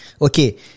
Okay